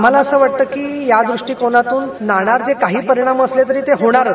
आम्हाला असं वाटतं की या दृष्टिकोनातून नाणारचे काही परिणाम असले तरी ते होणारच